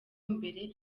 mbere